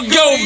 go